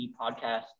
podcast